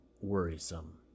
worrisome